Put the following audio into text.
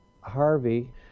Harvey